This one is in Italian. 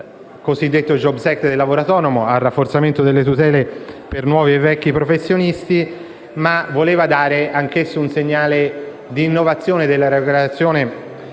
al cosiddetto *jobs act* del lavoro autonomo e al rafforzamento delle tutele per nuovi e vecchi professionisti, ma voleva dare anch'esso un segnale di innovazione nella regolazione